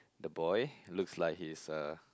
the boy looks like he is uh